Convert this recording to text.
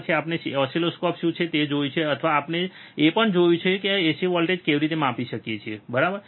પછી આપણે ઓસિલોસ્કોપ શું છે તે જોયું છે અથવા આપણે એ પણ જોયું છે કે આપણે એસી વોલ્ટેજ કેવી રીતે માપી શકીએ છીએ બરાબર